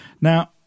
Now